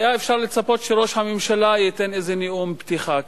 היה אפשר לצפות שראש הממשלה ייתן איזה נאום פתיחה כאן.